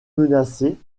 menacée